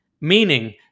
Meaning